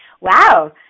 wow